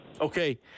Okay